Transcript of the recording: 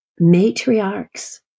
Matriarchs